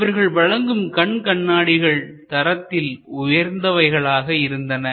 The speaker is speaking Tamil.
இவர்கள் வழங்கும் கண் கண்ணாடிகள் தரத்தில் உயர்ந்தவைகளாக இருந்தன